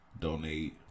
donate